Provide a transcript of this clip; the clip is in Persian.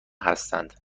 هستند